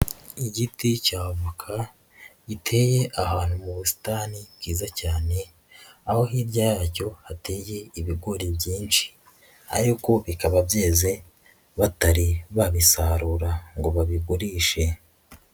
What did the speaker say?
Igiti cy'avoka giteye ahantu mu busitani bwiza cyane, aho hirya yacyo hateye ibigori byinshi ariko bikaba byeze batari babisarura ngo babigurishe.